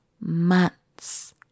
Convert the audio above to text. months